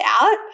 out